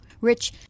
Rich